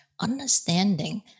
understanding